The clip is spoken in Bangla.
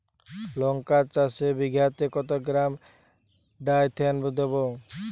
লঙ্কা চাষে বিঘাতে কত গ্রাম ডাইথেন দেবো?